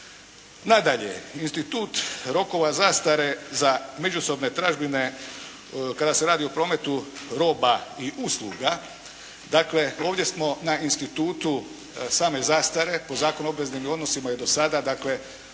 Nadalje, institut rokova zastare za međusobne tražbine kada se radi o prometu roba i usluga. Ovdje smo na institutu same zastare po Zakonu o obveznim odnosima i dosada uz